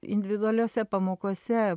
individualiose pamokose